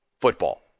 football